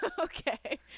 Okay